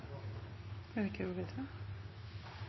om ordet til